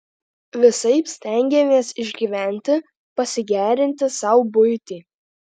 visaip stengėmės išgyventi pasigerinti sau buitį